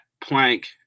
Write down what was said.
plank